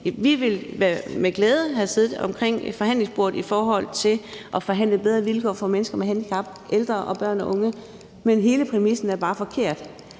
Vi ville med glæde have siddet omkring forhandlingsbordet for at forhandle bedre vilkår for mennesker med handicap, ældre og børn og unge. Men hele præmissen er bare forkert.